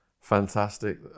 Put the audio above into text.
fantastic